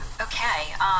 Okay